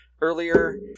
earlier